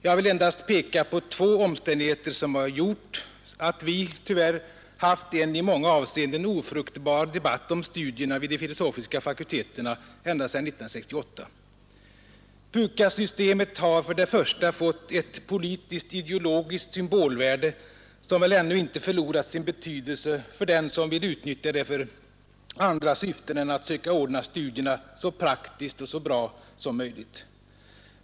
Jag vill endast peka på två omständigheter som gjort att vi — tyvärr — haft en i många avseenden ofruktbar debatt om studierna vid de filosofiska fakulteterna ända sedan 1968. PUKAS-systemet har för det första fått ett politiskt-ideologiskt symbolvärde, som väl ännu inte förlorat sin betydelse för den som vill utnyttja det för andra syften än att söka ordna studierna så praktiskt och bra som möjligt.